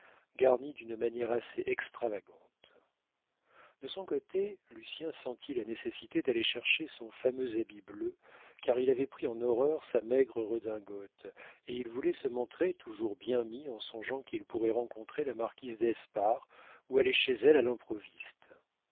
garnie d'une manière assez extravagante de son côté lucien sentit la nécessité d'aller chercher son fameux habit bleu car il avait pris en horreur sa maigre redingote et il voulait se montrer toujours bien mis en songeant qu'il pourrait rencontrer la marquise d'espard ou aller chez elle à l'improviste